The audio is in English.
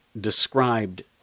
described